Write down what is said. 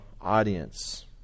audience